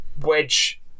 wedge